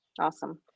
awesome